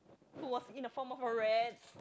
who was in the form of a rat